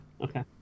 Okay